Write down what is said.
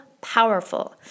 powerful